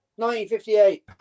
1958